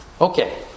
Okay